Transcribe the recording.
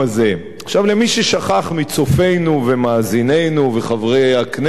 למי ששכח מצופינו ומאזינינו וחברי הכנסת כאן,